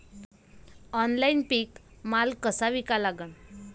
Online पीक माल कसा विका लागन?